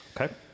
Okay